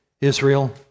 Israel